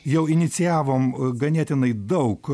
jau inicijavom ganėtinai daug